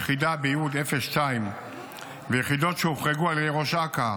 יחידה בייעוד 02 ויחידות שהוחרגו על ידי ראש אכ"א,